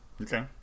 Okay